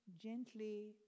gently